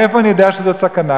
מאיפה אני יודע שזו סכנה?